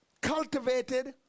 cultivated